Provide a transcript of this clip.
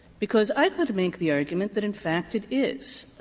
because i could make the argument that in fact it is.